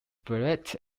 beret